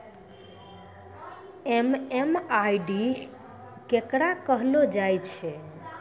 MMID केकरा कहलो जाय छै